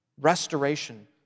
restoration